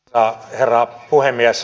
arvoisa herra puhemies